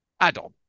add-on